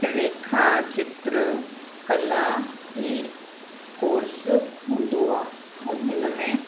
रेखा चित्र कला ई कोर्स हूंदो आहे ऐं हिन में